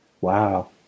Wow